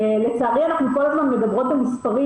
ולצערי אנחנו כל הזמן מדברות על מספרים